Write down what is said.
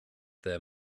there